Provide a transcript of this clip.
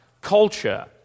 culture